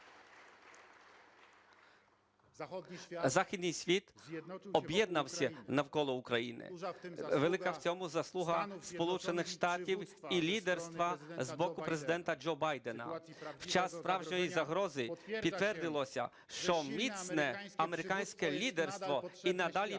Західний світ об'єднався навколо України. Велика в цьому заслуга Сполучених Штатів і лідерства з боку Президента Джо Байдена. В час справжньої загрози підтвердилося, що міцне американське лідерство і надалі потрібно